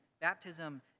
baptism